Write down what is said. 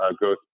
go